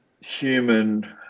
human